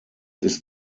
ist